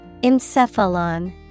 Encephalon